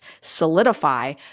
solidify